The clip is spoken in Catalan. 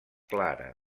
clara